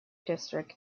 district